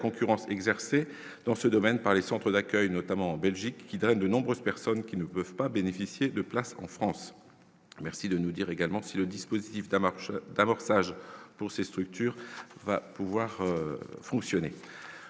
concurrence exercée dans ce domaine par les centres d'accueil, notamment en Belgique, qui traîne de nombreuses personnes qui ne peuvent pas bénéficier de places en France, merci de nous dire également si le dispositif de la marge d'amorçage pour ces structures va pouvoir fonctionner